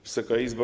Wysoka Izbo!